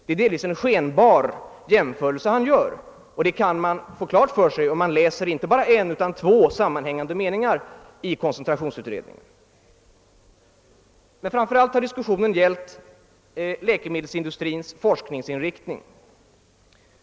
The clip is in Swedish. Det är delvis en skenbar jämförelse han gör, och detta kan man få klart för sig om man läser inte bara en enda, utan två sammanhängande meningar i koncentrationsutredningens betänkande. Framför allt har emellertid diskussionen gällt läkemedelsindustrins forskningsinriktning.